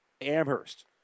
Amherst